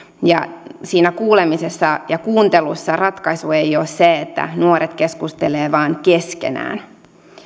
ja siinä kuulemisessa ja kuuntelussa ratkaisu ei ole se että nuoret keskustelevat vain keskenään